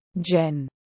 Jen